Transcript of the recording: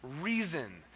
reason